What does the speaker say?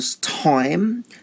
time